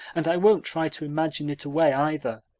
and i won't try to imagine it away, either.